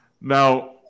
now